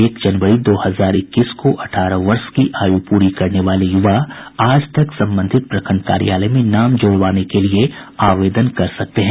एक जनवरी दो हजार इक्कीस को अठारह वर्ष की आयु पूरी करने वाले युवा आज तक संबंधित प्रखंड कार्यालय में नाम जुड़वाने के लिए आवेदन कर सकते हैं